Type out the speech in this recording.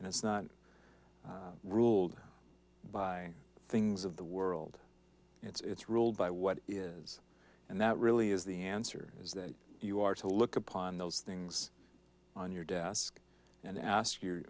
and it's not ruled by things of the world it's ruled by what is and that really is the answer is that you are to look upon those things on your desk and ask your